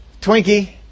Twinkie